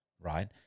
right